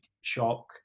Shock